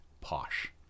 posh